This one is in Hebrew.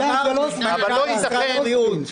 אמר מנכ"ל משרד הבריאות,